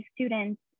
students